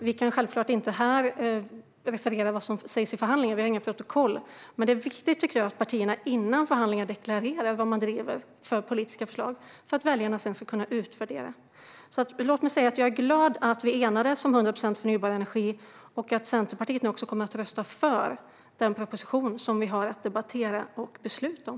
Vi kan självfallet inte referera här vad som sägs i förhandlingar - vi har inget protokoll - men jag tycker att det är viktigt att partierna före förhandlingarna deklarerar vad de driver för politiska förslag, så att väljarna sedan kan utvärdera. Jag är glad att vi enades om 100 procent förnybar energi och att Centerpartiet nu också kommer att rösta för den proposition som vi har att debattera och besluta om.